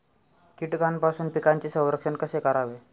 कीटकांपासून पिकांचे संरक्षण कसे करावे?